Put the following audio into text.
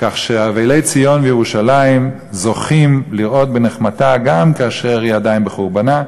כך שאבלי ציון וירושלים זוכים לראות בנחמתה גם כאשר היא עדיין בחורבנה.